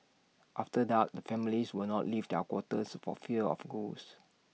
after dark the families would not leave their quarters for fear of ghosts